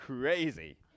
crazy